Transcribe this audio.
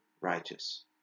righteous